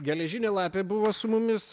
geležinė lapė buvo su mumis